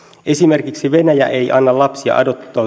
esimerkiksi venäjä ei anna lapsia